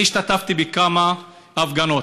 אני השתתפתי בכמה הפגנות.